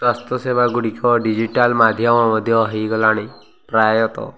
ସ୍ୱାସ୍ଥ୍ୟ ସେବା ଗୁଡ଼ିକ ଡିଜିଟାଲ୍ ମାଧ୍ୟମ ମଧ୍ୟ ହେଇଗଲାଣି ପ୍ରାୟତଃ